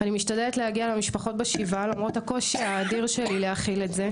אני משתדלת להגיע למשפחות בשבעה למרות הקושי האדיר שלי להכיל את זה,